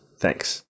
Thanks